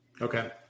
Okay